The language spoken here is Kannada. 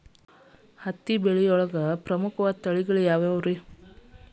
ಹತ್ತಿ ಬೆಳೆಯ ಪ್ರಮುಖ ತಳಿಗಳು ಯಾವ್ಯಾವು?